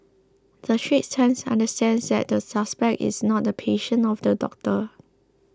the Straits Times understands that the suspect is not a patient of the doctor